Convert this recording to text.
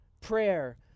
prayer